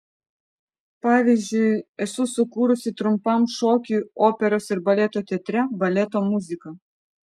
pavyzdžiui esu sukūrusi trumpam šokiui operos ir baleto teatre baleto muziką